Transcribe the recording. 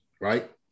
Right